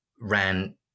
ran